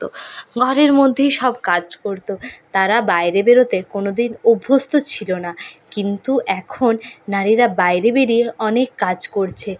ঘরের মধ্যেই সব কাজ করতো তারা বাইরে বেরোতে কোনো দিন অভ্যস্ত ছিলো না কিন্তু এখন নারীরা বাইরে বেরিয়ে অনেক কাজ করছে